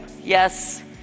Yes